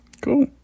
Cool